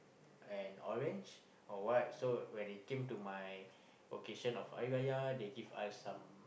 an orange or what so when it came to my occasion of Hari-Raya they give us some